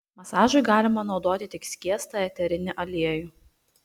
masažui galima naudoti tik skiestą eterinį aliejų